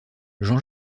jean